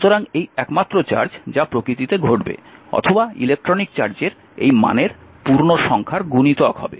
সুতরাং এই একমাত্র চার্জ যা প্রকৃতিতে ঘটবে অথবা ইলেকট্রনিক চার্জের এই মানের পূর্ণ সংখ্যার গুণিতক হবে